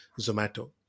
Zomato